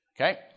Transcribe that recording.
Okay